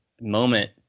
moment